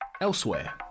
Elsewhere